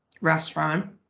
restaurant